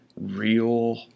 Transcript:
Real